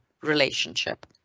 relationship